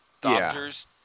Doctors